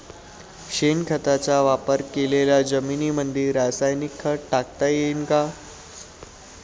शेणखताचा वापर केलेल्या जमीनीमंदी रासायनिक खत टाकता येईन का?